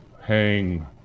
hang